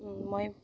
মই